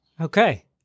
Okay